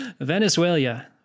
Venezuela